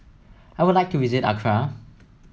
I would like to visit Accra